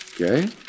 Okay